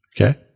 Okay